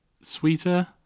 Sweeter